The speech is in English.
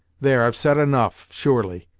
there, i've said enough, surely,